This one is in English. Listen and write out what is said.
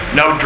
no